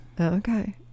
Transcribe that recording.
Okay